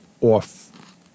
off